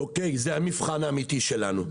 זה המבחן האמיתי שלנו.